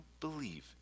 believe